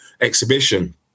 exhibition